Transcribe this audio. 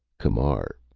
camar,